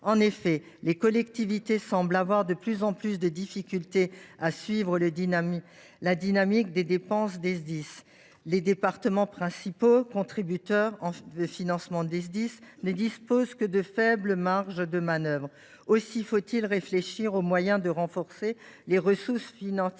car les collectivités semblent avoir de plus en plus de difficultés à suivre la dynamique de leurs dépenses. Les départements, principaux contributeurs au financement des Sdis, ne disposent que de faibles marges de manœuvre. Aussi faut il réfléchir aux moyens d’accroître les ressources financières